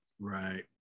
Right